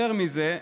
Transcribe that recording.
יותר מזה,